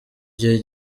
gihe